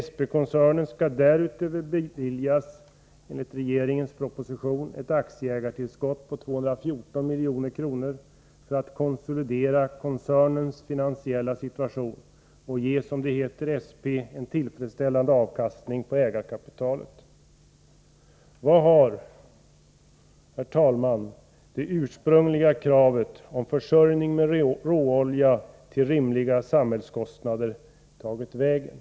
SP-koncernen skall därutöver, enligt regeringens proposition, beviljas ett aktieägartillskott på 214 milj.kr. för att koncernens finansiella situation skall konsolideras och för att det skall bli möjligt att få en tillfredsställande avkastning på ägarkapitalet. Vart har, herr talman, det ursprungliga kravet på försörjning med råolja till rimliga samhällskostnader tagit vägen?